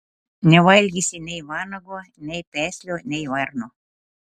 nevalgysi nei vanago nei peslio nei varno